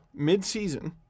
midseason